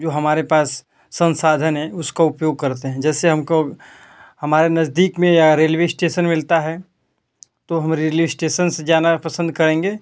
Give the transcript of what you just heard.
जो हमारे पास संसाधन हैं उसका उपयोग करते हैं जैसे हमको हमारे नज़दीक में यहाँ रेलवे स्टेसन मिलता है तो हम रेलवे स्टेसन से जाना पसंद करेंगे